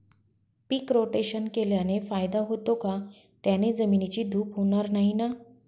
पीक rotation केल्याने फायदा होतो का? त्याने जमिनीची धूप होणार नाही ना?